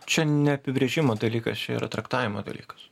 čia ne apibrėžimo dalykas čia yra traktavimo dalykas